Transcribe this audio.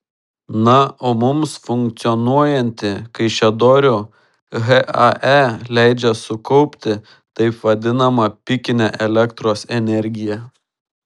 na o mums funkcionuojanti kaišiadorių hae leidžia sukaupti taip vadinamą pikinę elektros energiją